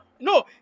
No